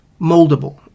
moldable